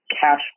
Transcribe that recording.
cash